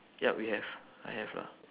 yup we have I have lah